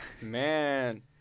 Man